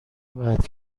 باید